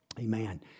amen